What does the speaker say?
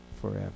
forever